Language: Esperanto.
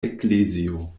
eklezio